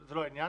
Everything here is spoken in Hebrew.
זה לא העניין.